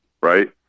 right